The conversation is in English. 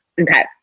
Okay